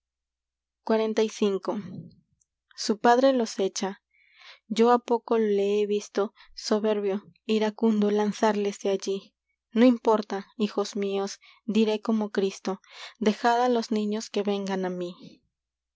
iu padre los echa yo há poco le he visto soberbio iracundo lanzarles de allí no importa hijos míos diré como cristo dejad á los niños que vengan á mí